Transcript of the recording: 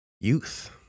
Youth